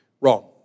Wrong